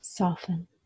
Soften